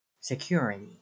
Security